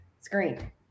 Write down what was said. Screen